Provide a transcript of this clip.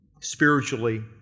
spiritually